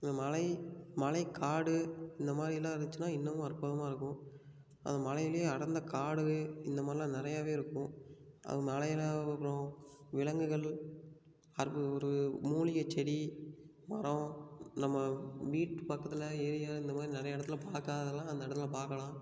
இந்த மலை மலைக்காடு இந்தமாதிரிலாம் இருந்துச்சின்னா இன்னுமும் அற்புதமாக இருக்கும் அதுவும் மலையிலேயே அடர்ந்த காடு இந்தமாதிரிலாம் நிறையாவே இருக்கும் அது மலையில் அப்புறம் விலங்குகள் ஒரு மூலிகைச்செடி மரம் நம்ம வீட்டு பக்கத்தில் ஏரியாவில் இந்தமாதிரி நிறையா இடத்துல பார்க்காததெல்லாம் அந்த இடத்துல நம்ம பார்க்கலாம்